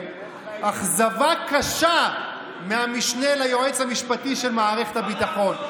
אכזבה קשה מהמשנה ליועץ המשפטי של מערכת הביטחון.